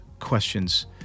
questions